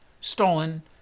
stolen